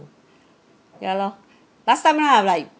ya lor last time lah like